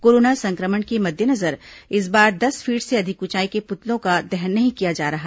corona संक्रमण के मद्देनजर इस बार दस फीट से अधिक ऊंचाई के पुतलों का दहन नहीं किया जा रहा